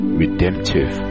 redemptive